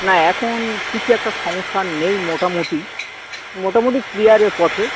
না এখন কিছু একটা সমস্যা নেই মোটামুটি মোটামুটি ক্লিয়ারে পথে